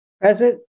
Present